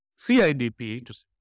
CIDP